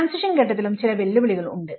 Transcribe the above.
transition ഘട്ടത്തിലും ചില വെല്ലുവിളികൾ ഉണ്ട്